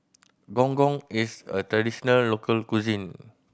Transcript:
Gong Gong is a traditional local cuisine